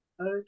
Okay